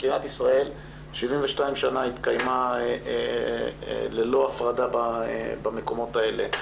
מדינת ישראל 72 שנה התקיימה ללא הפרדה במקומות האלה,